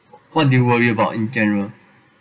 what do you worry about in general